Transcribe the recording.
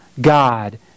God